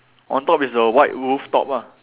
on top is the white roof top ah